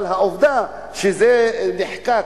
אבל עובדה שזה נחקק,